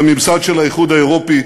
בממסד של האיחוד האירופי,